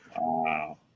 Wow